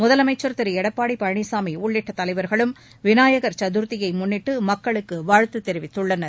முதலமைச்சர் திரு எடப்பாடி பழனிசாமி உள்ளிட்ட தலைவர்களும் விநாயகர் சதுர்த்தியை முன்னிட்டு மக்களுக்கு வாழ்த்து தெரிவித்துள்ளனர்